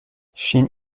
ŝin